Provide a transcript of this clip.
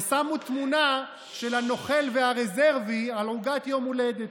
ושמו תמונה של הנוכל והרזרבי על עוגת יום הולדת.